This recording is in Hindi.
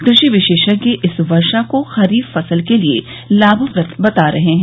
कृषि विशेषज्ञ इस वर्षा को खरीफ फसल के लिए लाभप्रद बता रहे हैं